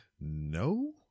No